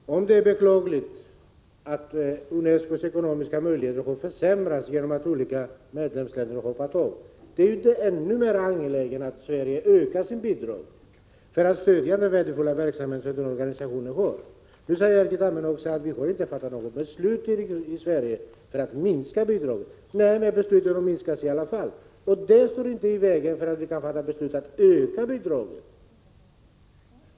Herr talman! Om det är beklagligt att UNESCO:s ekonomiska möjligheter har försämrats genom att medlemsländer har hoppat av, är det ännu mera angeläget att Sverige ökar sitt bidrag för att stödja den värdefulla verksamhet som organisationen bedriver. Nu säger Erkki Tammenoksa att det från svensk sida inte har fattats något beslut om att minska bidraget. Nej, men bidraget har minskat i alla fall. Ingenting står i vägen för ett beslut om att öka bidraget.